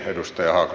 kyllä